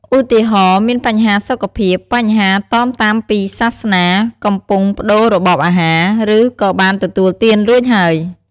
ឧទាហរណ៍ មានបញ្ហាសុខភាព បញ្ហាតមតាមពីសាសនា កំពង់ប្ដូររបបអាហារ ឬក៏បានទទួលទានរួចហើយ។